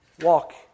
walk